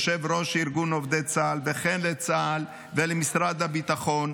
וכן לצה"ל ולמשרד הביטחון,